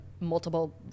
multiple